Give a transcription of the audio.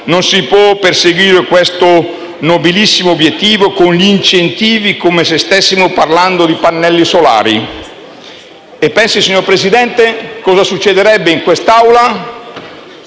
Non si può perseguire questo nobilissimo obiettivo con gli incentivi come se stessimo parlando di pannelli solari. Signor Presidente, se ci fosse uno di questi